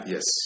Yes